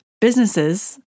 businesses